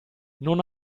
non